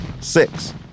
Six